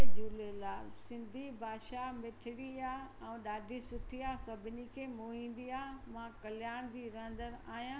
जय झूलेलाल सिंधी भाषा मिठड़ी आहे ऐं ॾाढी सुठी आहे सभिनी खे मोहींदी आहे मां कल्याण जी रहंदड़ु आहियां